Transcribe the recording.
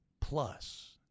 plus